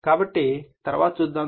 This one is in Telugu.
కాబట్టి తరువాత చూస్తారు అది